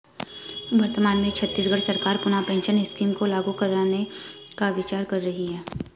वर्तमान में छत्तीसगढ़ सरकार पुनः पेंशन स्कीम को लागू करने का विचार कर रही है